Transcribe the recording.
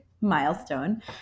milestone